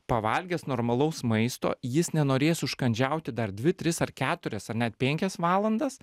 pavalgęs normalaus maisto jis nenorės užkandžiauti dar dvi tris ar keturias ar net penkias valandas